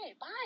bye